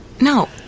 No